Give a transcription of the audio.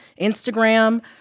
Instagram